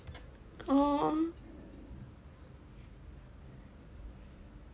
!aww!